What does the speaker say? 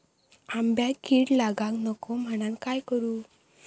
आंब्यक कीड लागाक नको म्हनान काय करू?